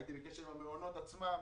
הייתי בקשר עם המעונות עצמם,